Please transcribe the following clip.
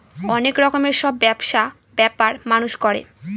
অনেক রকমের সব ব্যবসা ব্যাপার মানুষ করে